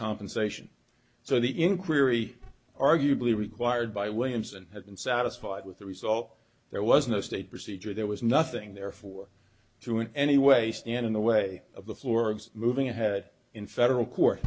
compensation so the inquiry arguably required by williams and have been satisfied with the result there was no state procedure there was nothing there for to in any way stand in the way of the floor of moving ahead in federal court